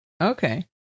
Okay